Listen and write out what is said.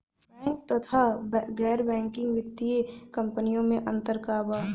Bank तथा गैर banking वित्तीय कम्पनीयो मे अन्तर का बा?